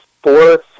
Fourth